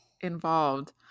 involved